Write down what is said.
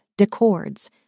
Decords